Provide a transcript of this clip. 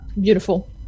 Beautiful